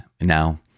now